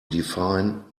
define